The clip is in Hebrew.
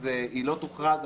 אז היא לא תוכרז.